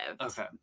Okay